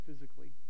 physically